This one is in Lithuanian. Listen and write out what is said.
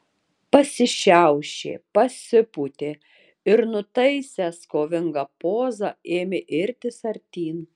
pasišiaušė pasipūtė ir nutaisęs kovingą pozą ėmė irtis artyn